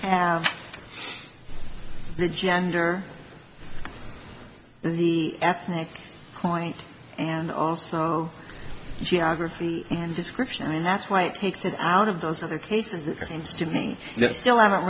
the gender the ethnic point and also geography and description and that's why it takes it out of those other cases it seems to me that still haven't